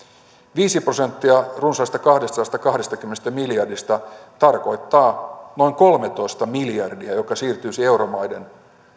viisi prosenttia runsaasta kahdestasadastakahdestakymmenestä miljardista tarkoittaa noin kolmeatoista miljardia mikä siirtyisi euromaiden